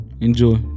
Enjoy